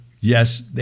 yes